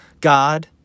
God